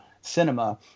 cinema